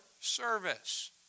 service